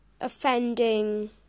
offending